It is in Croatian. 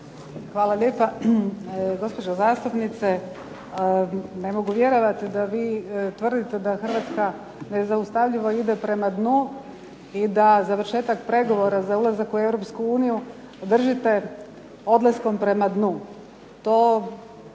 Hvala lijepa. Gospođo zastupnice, ne mogu vjerovati da vi tvrdite da Hrvatska nezaustavljivo ide prema dnu i da završetak pregovora za ulazak u Europsku uniju držite odlaskom prema dnu. To